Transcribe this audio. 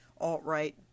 alt-right